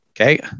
Okay